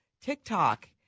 TikTok